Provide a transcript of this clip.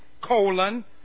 colon